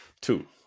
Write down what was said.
two